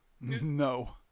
No